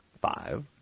five